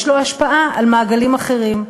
יש לו השפעה על מעגלים אחרים.